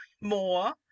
more